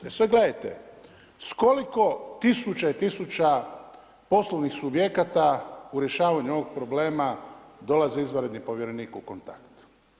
E sada gledajte, s koliko tisuća i tisuća poslovnih subjekata u rješavanju ovog problema dolazi izvanredni povjerenik u kontakt?